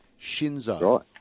Shinzo